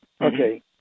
Okay